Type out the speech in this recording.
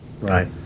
Right